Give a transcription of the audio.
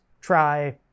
try